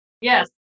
Yes